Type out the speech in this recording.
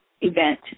event